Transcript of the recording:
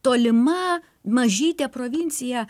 tolima mažytė provincija